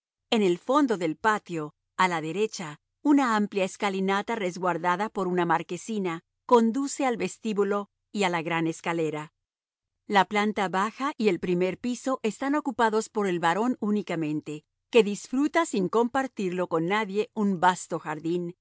en el fondo del patio a la derecha una amplia escalinata resguardada por una marquesina conduce al vestíbulo y a la gran escalera la planta baja y el primer piso están ocupados por el barón únicamente que disfruta sin compartirlo con nadie un vasto jardín